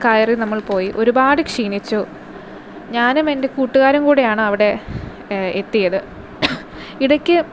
കയറി നമ്മൾ പോയി ഒരുപാട് ക്ഷീണിച്ചു ഞാനും എന്റെ കൂട്ടുകാരും കൂടെയാണ് അവിടെ എത്തിയത് ഇടയ്ക്ക്